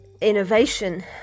innovation